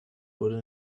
wurde